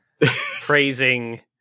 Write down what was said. praising